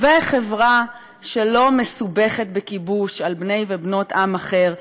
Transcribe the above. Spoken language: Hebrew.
חברה שלא מסובכת בכיבוש על בני ובנות עם אחר,